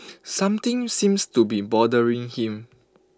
something seems to be bothering him